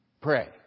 pray